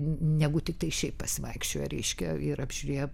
negu tiktai šiaip pasivaikščioję reiškia ir apžiūrėję